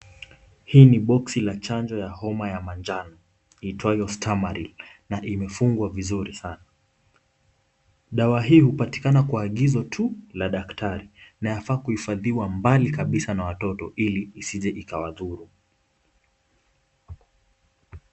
Hili ni boxi la chanjo ya homa ya manjano iitwayo Stamarile na imefungwa vizuri sana. Dawa hii hupatikana kwa tu agizo la daktari na yafaa kuhifadhiwa mbali na watoto ili isije ikawadhuru.